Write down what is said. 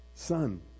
son